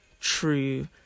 true